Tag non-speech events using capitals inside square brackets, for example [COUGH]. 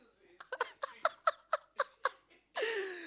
[LAUGHS]